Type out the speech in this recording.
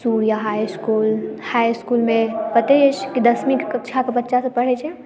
Surya high school high school मे पते अछि की दसमी कक्षाक बच्चासभ पढ़य छै